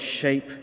shape